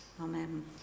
Amen